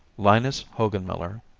linus hogenmiller,